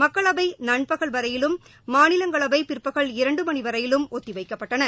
மக்களவை நண்பகல் வரையிலும் மாநிலங்களவை பிற்பகல் இரண்டு மணி வரையிலும் ஒத்திவைக்கப்பட்டன